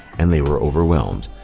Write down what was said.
and they were overwhelmed.